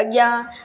अॻियां